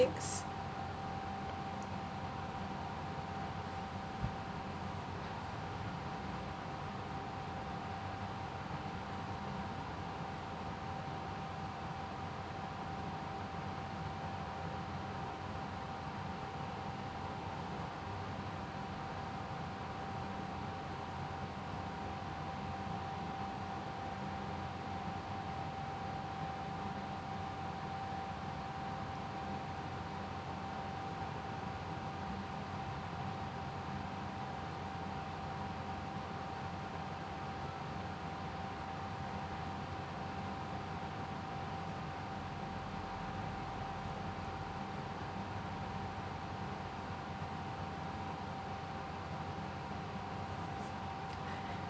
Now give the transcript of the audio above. things